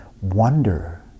wonder